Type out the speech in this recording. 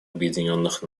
объединенных